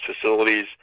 facilities